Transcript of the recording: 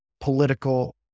political